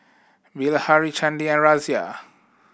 Bilahari Chandi and Razia